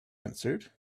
answered